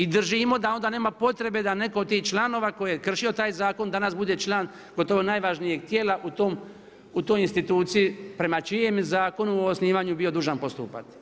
I držimo da onda nema potrebe, da netko od tih članova, tko je kršio taj zakon, danas bude član, gotovo najvažnijeg tijela, u toj instituciju, prema čijem zakon o osnivanju je bio dužan postupati.